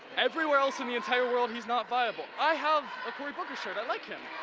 everywhere else in the entire world he's not viable. i have a cory booker shirt. i like him.